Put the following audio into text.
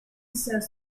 says